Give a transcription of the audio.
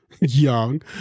Young